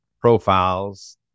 profiles